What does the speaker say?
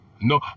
No